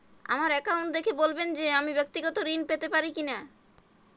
আমার অ্যাকাউন্ট দেখে বলবেন যে আমি ব্যাক্তিগত ঋণ পেতে পারি কি না?